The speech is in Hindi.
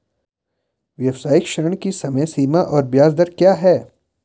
व्यावसायिक ऋण की समय सीमा और ब्याज दर क्या है?